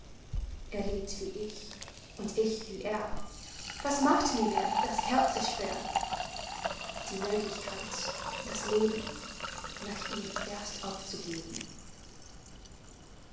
er liebt wie ich und ich wie er was macht mir mehr das herze schwer die möglichkeit das leben nach ihm erst aufzugeben